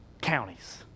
counties